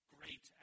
Great